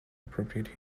appropriate